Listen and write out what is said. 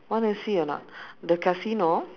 wanna see or not the casino